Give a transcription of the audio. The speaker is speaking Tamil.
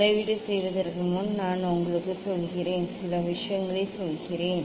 அளவீடு செய்வதற்கு முன் நான் உங்களுக்கு சொல்கிறேன் சில விஷயங்களைச் சொல்கிறேன்